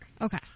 Okay